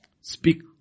Speak